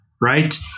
right